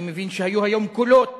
אני מבין שהיו היום קולות